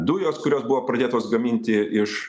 dujos kurios buvo pradėtos gaminti iš